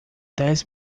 dez